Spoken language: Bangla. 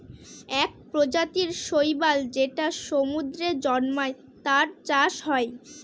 এক প্রজাতির শৈবাল যেটা সমুদ্রে জন্মায়, তার চাষ হয়